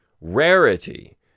rarity